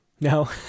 no